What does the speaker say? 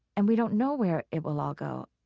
and we don't know where it will all go.